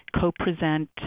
co-present